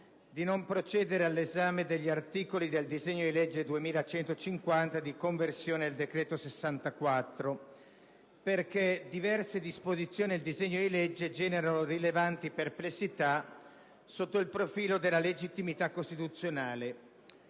di non procedere all'esame degli articoli del disegno di legge n. 2150, di conversione del decreto-legge n. 64 del 2010. Diverse disposizioni del disegno di legge generano, infatti, rilevanti perplessità sotto il profilo della legittimità costituzionale.